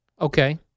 Okay